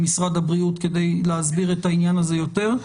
משרד הבריאות כדי להסביר את העניין הזה יותר,